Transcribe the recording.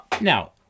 Now